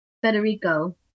Federico